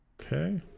okay